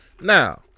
Now